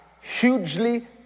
hugely